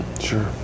Sure